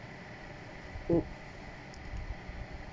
!oops!